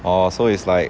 orh so it's like